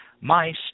mice